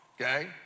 okay